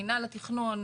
מינהל התכנון,